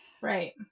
right